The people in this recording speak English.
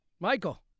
Michael